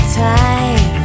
time